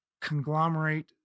conglomerate